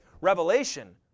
revelation